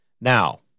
now